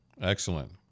Excellent